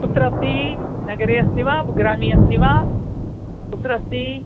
कुत्र अस्ति नगरे अस्ति वा ब् ग्रामे अस्ति वा कुत्र अस्ति